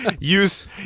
use